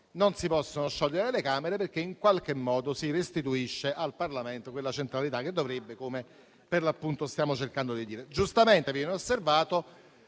non si possono sciogliere le Camere; e ciò perché in qualche modo si restituisce al Parlamento quella centralità che dovrebbe avere, come per l'appunto stiamo cercando di dire. Giustamente viene osservato